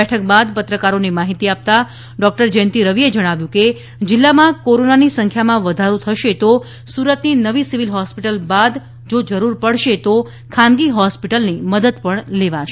બેઠક બાદ પત્રકારોને માહિતી આપતાં ડોકટર જયંતિ રવિએ જણાવ્યું હતુ કે જીલ્લામાં કોરોનાની સંખ્યામાં વધારો થશે તો સુરતની નવી સિવિલ હોસ્પિટલ બાદ જો જરૂર પડશે તો ખાનગી હોસ્પિટલની મદદ પણ લેવાશે